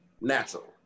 natural